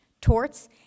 torts